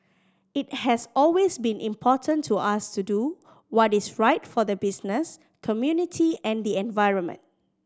it has always been important to us to do what is right for the business community and the environment